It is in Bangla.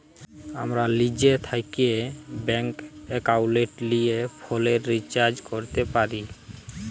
আমরা লিজে থ্যাকে ব্যাংক একাউলটে লিয়ে ফোলের রিচাজ ক্যরতে পারি